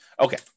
Okay